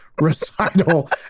recital